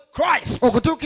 Christ